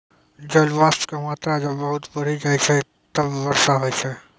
जलवाष्प के मात्रा जब बहुत बढ़ी जाय छै तब वर्षा होय छै